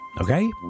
Okay